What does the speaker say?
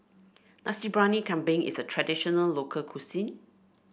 Nasi Briyani Kambing is a traditional local cuisine